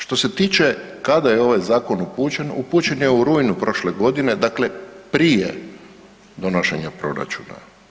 Što se tiče, kada je ovaj Zakon upućen, upućen je u rujnu prošle godine, dakle prije donošenja Proračuna.